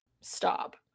Stop